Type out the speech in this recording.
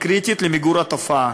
היא קריטית למיגור התופעה.